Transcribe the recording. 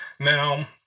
Now